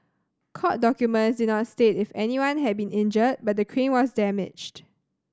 court documents did not state if anyone had been injured but the crane was damaged